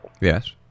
Yes